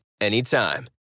anytime